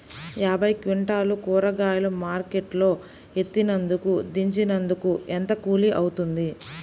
యాభై క్వింటాలు కూరగాయలు మార్కెట్ లో ఎత్తినందుకు, దించినందుకు ఏంత కూలి అవుతుంది?